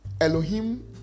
elohim